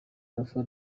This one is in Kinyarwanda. alpha